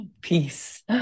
peace